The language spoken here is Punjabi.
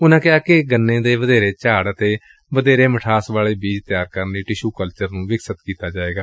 ਉਨੂਾਂ ਕਿਹਾ ਕਿ ਗੰਨੇ ਦੇ ਵਧੇਰੇ ਝਾੜ ਅਤੇ ਵਧੇਰੇ ਮਿਠਾਸ ਵਾਲੇ ਬੀਜ ਤਿਆਰ ਕਰਨ ਲਈ ਟਿਸੂ ਕਲਚਰ ਵਿਕਸਤ ਕੀਤਾ ਜਾਵੇਗਾ